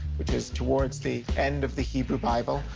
which is towards the end of the hebrew bible.